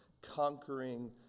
conquering